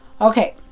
okay